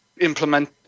implement